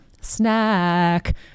snack